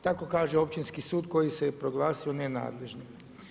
Tako kaže općinski sud koji se proglasio nenadležnim.